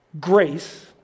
Grace